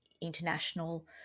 international